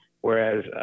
Whereas